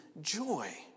joy